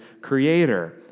creator